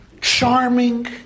charming